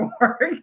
work